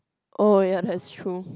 oh ya that's true